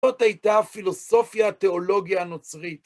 זאת הייתה הפילוסופיה התיאולוגיה הנוצרית.